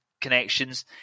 connections